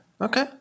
okay